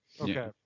Okay